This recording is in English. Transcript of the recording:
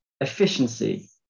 efficiency